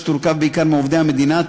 שתורכב בעיקר מעובדי המדינה,